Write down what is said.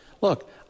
look